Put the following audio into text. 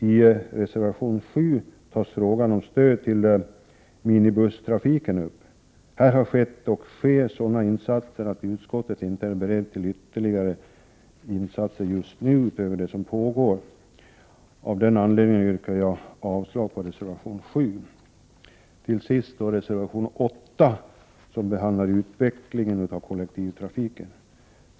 I reservation 7 tas frågan om stöd till minibusstrafik upp. Här har skett och sker sådana insatser att utskottet just nu inte är berett till ytterligare insatser utöver dem som pågår. Av den anledningen yrkar jag avslag på reservation nr 7. Till sist då reservation 8, som behandlar utvecklingen av kollektivtrafiken.